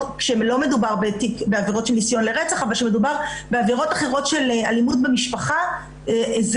כשמדובר בעבירות של אלימות במשפחה ולא רצח.